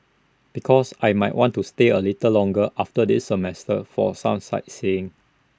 because I might want to stay A little longer after this semester for some sightseeing